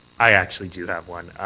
i actually do have one.